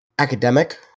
academic